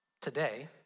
Today